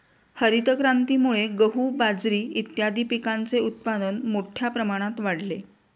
हरितक्रांतीमुळे गहू, बाजरी इत्यादीं पिकांचे उत्पादन मोठ्या प्रमाणात वाढले